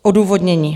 Odůvodnění.